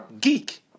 geek